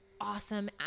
awesome